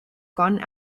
gone